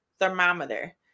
thermometer